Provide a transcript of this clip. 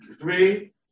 three